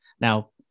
Now